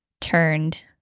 turned